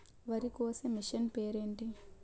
వరి కోసే మిషన్ పేరు ఏంటి